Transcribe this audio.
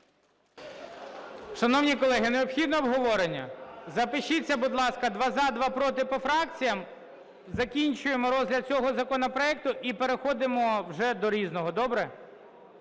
Шановні колеги, необхідно обговорення? Запишіться, будь ласка, два – за, два – проти, по фракціям. Закінчуємо розгляд цього законопроекту і переходимо вже до "Різного". Добре?